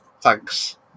Thanks